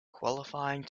qualifying